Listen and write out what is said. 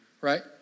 right